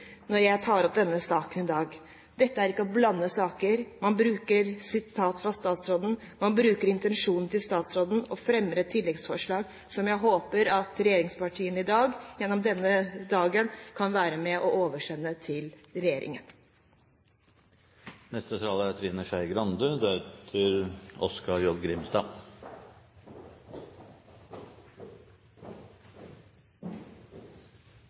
når jeg tar opp denne saken i dag. Dette er ikke å blande saker. Man bruker sitater fra statsråden, man bruker intensjonen til statsråden, og fremmer et tilleggsforslag, som jeg håper at regjeringspartiene gjennom denne dagen kan være med og oversende til regjeringen. Det er sagt mange kloke ting om friluftslivet, om hvor viktig det er